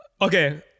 Okay